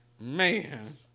Man